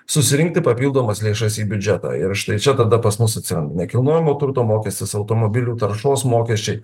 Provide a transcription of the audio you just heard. susirinkti papildomas lėšas į biudžetą ir štai čia tada pas mus atsirado nekilnojamo turto mokestis automobilių taršos mokesčiai